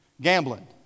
gambling